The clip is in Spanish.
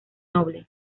noble